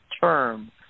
term